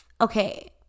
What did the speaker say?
Okay